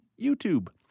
YouTube